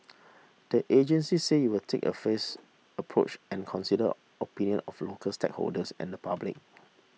the agency said it will take a phased approach and consider opinion of local stakeholders and the public